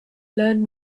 learn